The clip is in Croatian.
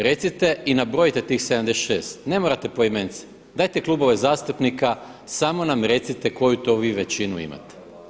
Recite i nabrojite tih 76, ne morate poimence, dajte klubove zastupnika samo nam recite koju to vi većinu imate.